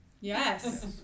Yes